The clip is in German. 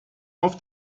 auf